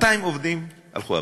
200 עובדים הלכו הביתה.